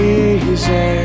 easy